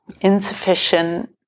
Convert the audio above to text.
insufficient